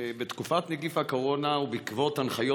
בתקופת נגיף הקורונה ובעקבות הנחיות